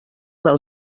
del